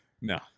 No